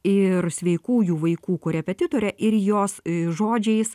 ir sveikųjų vaikų korepetitore ir jos žodžiais